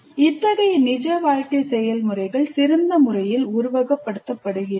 இத்தகைய நிஜ வாழ்க்கை செயல்முறைகள் சிறந்த முறையில் உருவகப்படுத்தப்படுகின்றன